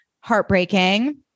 Heartbreaking